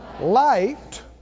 light